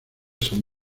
san